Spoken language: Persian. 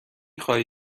خواهی